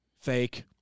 Fake